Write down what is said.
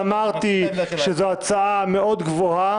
אמרתי שזו הצעה גבוהה מאוד.